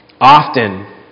Often